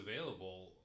available